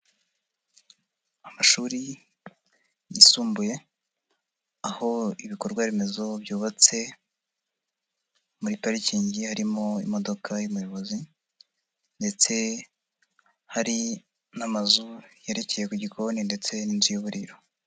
Amashuri yisumbuye, aho ibikorwa remezo byubatse muri parikingi harimo imodoka y'umuyobozi ndetse hari n'amazu yerekeye ku gikoni ndetse n'inzu y'uburiro.